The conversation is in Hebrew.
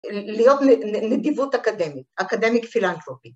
‫להיות... נדיבות אקדמית, ‫אקדמיק פילנטרופי.